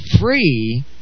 free